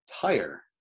tire